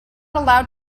allowed